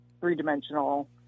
three-dimensional